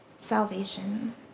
salvation